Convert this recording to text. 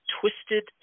twisted